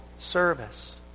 service